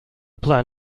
plan